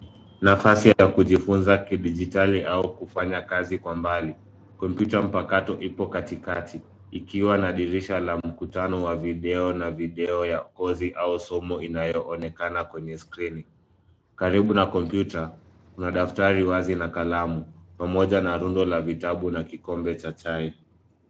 Nafasi ya kujifunza kidijitali au kufanya kazi kwa mbali. Kompyuta mpakato ipo katikati ikiwa na dirisha la mkutano wa video na video ya kozi au somo inayoonekana kwenye skrini. Karibu na kompyuta kuna daftari wazi na kalamu pamoja na rundo la vitabu na kikombe cha chai.